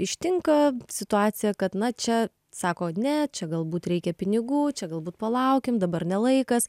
ištinka situacija kad na čia sako ne čia galbūt reikia pinigų čia galbūt palaukim dabar ne laikas